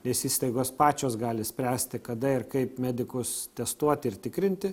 nes įstaigos pačios gali spręsti kada ir kaip medikus testuoti ir tikrinti